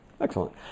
Excellent